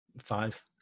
Five